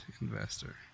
investor